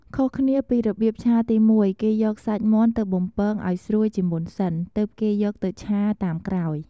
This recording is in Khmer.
ខុសគ្នាពីរបៀបឆាទី១ គេយកសាច់មាន់ទៅបំពងឱ្យស្រួយជាមុនសិន ទើបគេយកទៅឆាតាមក្រោយ។